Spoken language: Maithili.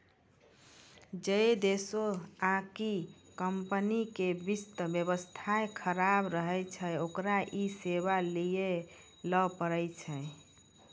जै देशो आकि कम्पनी के वित्त व्यवस्था खराब रहै छै ओकरा इ सेबा लैये ल पड़ै छै